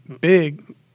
big